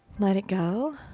let it go.